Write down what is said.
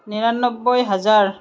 নিৰান্নব্বৈ হাজাৰ